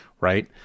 right